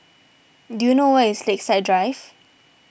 do you know where is Lakeside Drive